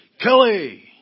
Kelly